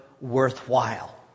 worthwhile